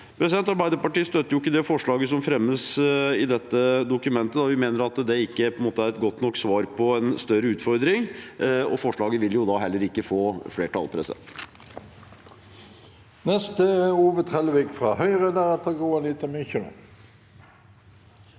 gjennom. Arbeiderpartiet støtter ikke det forslaget som fremmes i dette dokumentet, da vi mener at det ikke er et godt nok svar på en større utfordring, og forslaget vil da heller ikke få flertall. Sve in